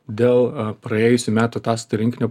dėl praėjusių metų ataskaitų rinkinio